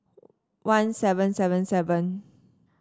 one seven seven seven